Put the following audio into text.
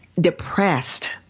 depressed